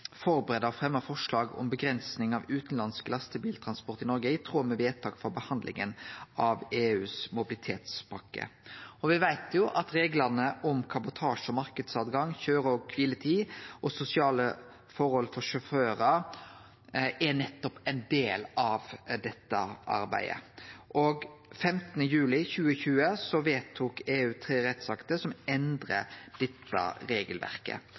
forslag om avgrensing av utanlandsk lastebiltransport i Noreg, i tråd med vedtak frå behandlinga av EUs mobilitetspakke. Me veit jo at reglane om kabotasje og marknadstilgang, køyre- og kviletid og sosiale forhold for sjåførar nettopp er ein del av dette arbeidet. Den 15. juli 2020 vedtok EU tre rettsakter som endrar dette regelverket.